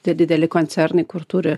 tie dideli koncernai kur turi